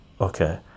okay